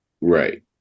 Right